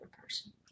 person